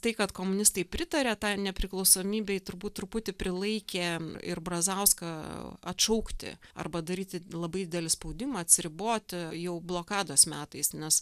tai kad komunistai pritarė tą nepriklausomybei turbūt truputį prilaikė ir brazauską atšaukti arba daryti labai didelį spaudimą atsiriboti jau blokados metais nes